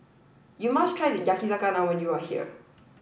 you must try Yakizakana when you are here